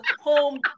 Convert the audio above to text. home